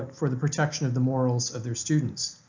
for the protection of the morals of their students.